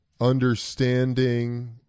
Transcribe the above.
understanding